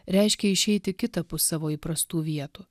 reiškia išeiti kitapus savo įprastų vietų